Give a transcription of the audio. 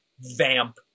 vamp